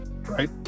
right